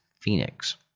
Phoenix